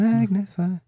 Magnify